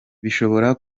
bishobora